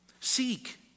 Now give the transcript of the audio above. Seek